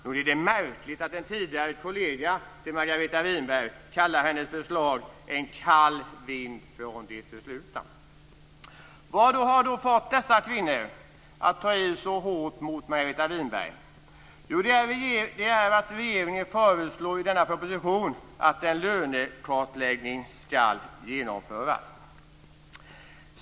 Nog är det märkligt att en tidigare kollega till Margareta Winberg kallar hennes förslag för en kall vind från det förflutna. Vad har då fått dessa kvinnor att ta i så hårt mot Margareta Winberg? Jo, det är att regeringen i propositionen föreslår att en lönekartläggning ska genomföras.